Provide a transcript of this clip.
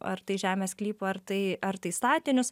ar tai žemės sklypą ar tai ar tai statinius